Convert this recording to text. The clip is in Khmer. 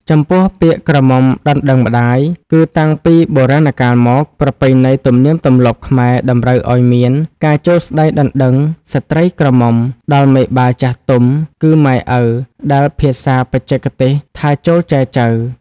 ចំពោះ ពាក្យក្រមុំដណ្ដឹងម្ដាយ គឺ តាំងពីបុរាណកាលមក ប្រពៃណីទំនៀមទម្លាប់ខ្មែរតម្រូវឲ្យមានការចូលស្ដីដណ្ដឹងស្ត្រីក្រមុំដល់មេបាចាស់ទុំគឺ ម៉ែ‑ឪ ដែលភាសាបច្ចេកទេសថាចូល «ចែចូវ» ។